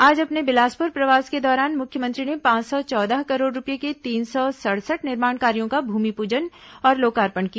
आज अपने बिलासप्र प्रवास के दौरान मुख्यमंत्री ने पांच सौ चौदह करोड़ रूपये के तीन सौ सड़सठ निर्माण कार्यो का भूमिपूजन और लोकार्पण किया